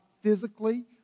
physically